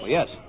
Yes